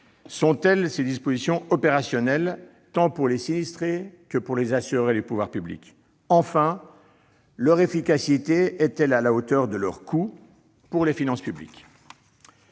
Sont-elles opérationnelles, tant pour les sinistrés que pour les assureurs et les pouvoirs publics ? Enfin, leur efficacité est-elle à la hauteur de leur coût pour les finances publiques ?